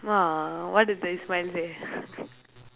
!aww! what did say